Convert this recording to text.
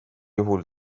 juhul